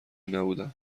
نبودم